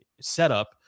setup